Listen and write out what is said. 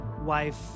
wife